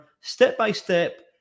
step-by-step